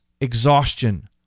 exhaustion